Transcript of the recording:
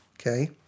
okay